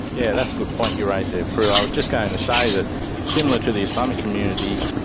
yeah that's a good point you raise there, prue, i was just going to say that similar to the islamic community,